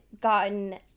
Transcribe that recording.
gotten